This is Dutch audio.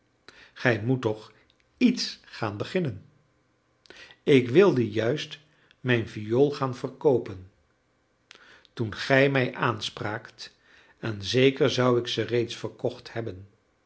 gij moet toch iets gaan beginnen ik wilde juist mijn viool gaan verkoopen toen gij mij aanspraakt en zeker zou ik ze reeds verkocht hebben